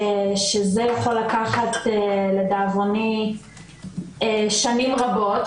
שזה יכול לקחת לדאבוני שנים רבות,